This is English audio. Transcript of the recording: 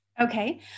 Okay